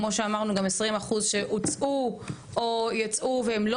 כמו אותם 20% שיצאו או הוצאו והם לא